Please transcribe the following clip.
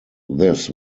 this